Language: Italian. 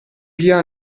via